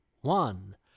one